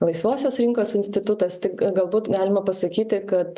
laisvosios rinkos institutas tik galbūt galima pasakyti kad